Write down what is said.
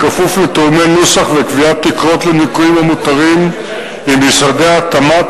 כפוף לתיאומי נוסח וקביעת תקרות לניכויים המותרים עם משרדי התמ"ת,